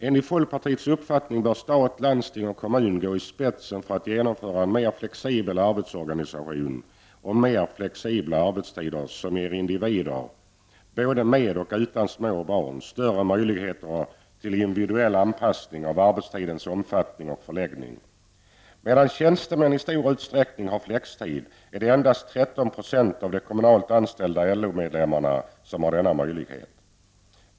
Enligt folkpartiets uppfattning bör stat, landsting och kommun gå i spetsen för att genomföra en mer flexibel arbetsorganisation och mer flexibla arbetstider som ger individer, både med och utan små barn, större möjligheter till individuell anpassning av arbetstidens omfattning och förläggning. Medan tjänstemän i stor utsträckning har flexibla arbetstider är det endast 13 % av de kommunalt anställda LO-medlemmarna som har denna möjlighet.